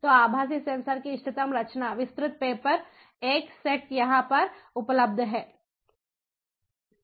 तो आभासी सेंसर की इष्टतम रचना विस्तृत पेपर I सेट यहाँ पर उपलब्ध है